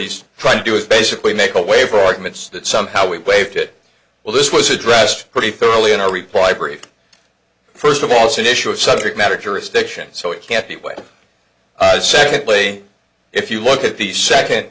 he's trying to do is basically make a way for arguments that somehow we waived it well this was addressed pretty thoroughly in a reply brief first of all it's an issue of subject matter jurisdiction so it can't be way secondly if you look at the second